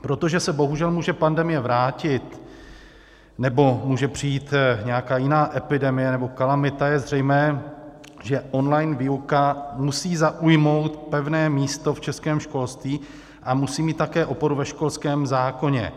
Protože se bohužel může pandemie vrátit nebo může přijít nějaká jiná epidemie nebo kalamita, je zřejmé, že online výuka musí zaujmout pevné místo v českém školství a musí mít také oporu ve školském zákoně.